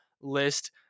list